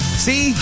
See